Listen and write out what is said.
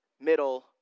middle